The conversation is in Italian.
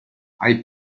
hai